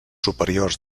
superiors